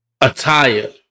attire